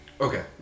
Okay